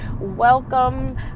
welcome